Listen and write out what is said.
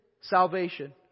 salvation